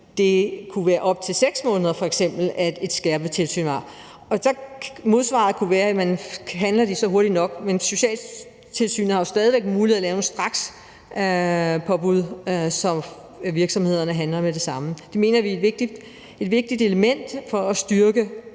kunne vare op til 6 måneder. Og modsvaret kunne være: Handler vi så hurtigt nok? Men Socialtilsynet har jo stadig væk mulighed for at lave et strakspåbud, så virksomhederne handler med det samme. Vi mener, det er et vigtigt element for at styrke